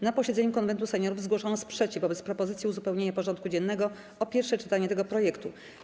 Na posiedzeniu Konwentu Seniorów zgłoszono sprzeciw wobec propozycji uzupełnienia porządku dziennego o pierwsze czytanie tego projektu.